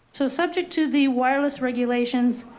so subject to the wireless regulations.